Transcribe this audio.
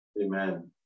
Amen